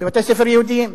בבתי-ספר יהודיים.